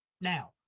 Now